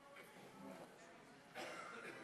בעד.